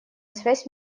связь